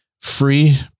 free